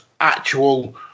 actual